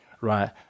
right